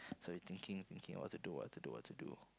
so you thinking thinking what to do what to do what to do